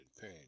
pain